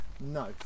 no